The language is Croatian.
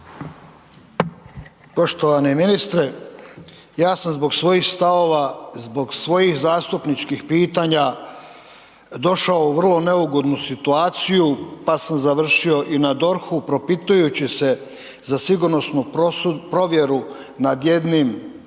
Poštovani ministre. Ja sam zbog svojih stavova, zbog svojih zastupničkih pitanja došao u vrlo neugodnu situaciju pa sam završio i na DORH-u propitujući se za sigurnosnu provjeru nad jednim